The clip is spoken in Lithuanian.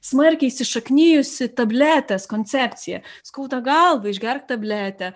smarkiai įsišaknijusi tabletės koncepcija skauda galvą išgerk tabletę